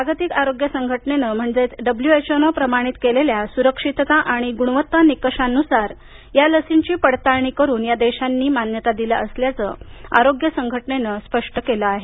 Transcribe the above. जागतिक आरोग्य संघटनेनं प्रमाणित केलेल्या सुरक्षितता आणि गुणवत्ता निकषांनुसार या लसीची पडताळणी करून या देशांनी मान्यता दिली असल्याचं आरोग्य संघटनेनं स्पष्ट केलं आहे